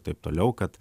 taip toliau kad